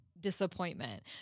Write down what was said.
disappointment